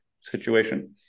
situation